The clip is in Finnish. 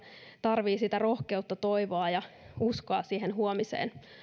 tarvitsee rohkeutta toivoa ja uskoa siihen huomiseen